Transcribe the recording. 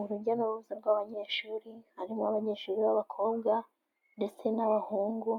Urujya n'uruza rw'abanyeshuri harimo abanyeshuri b'abakobwa ndetse n'abahungu,